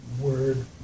word